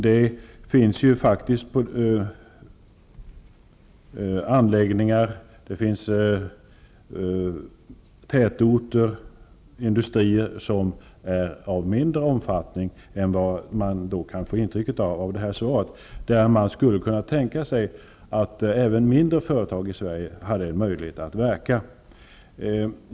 Det finns faktiskt anläggningar, tätorter och industrier som är av mindre omfattning än vad interpellationssvaret kan ge intryck av, där vi skulle kunna tänka oss att även mindre svenska företag hade en möjlighet att verka.